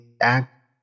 act